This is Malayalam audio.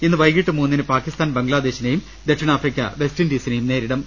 ഇന്ന് വൈകിട്ട് മൂന്നിന് പാക്കിസ്ഥാൻ ബംഗ്ലാദേശിനേയും ദക്ഷിണാഫ്രിക്ക വെസ്റ്റിൻഡീനേയും നേരിടും